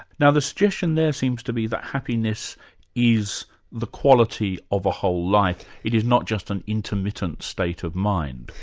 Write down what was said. now the suggestion there seems to be that happiness is the quality of a whole life, it is not just an intermittent state of mind.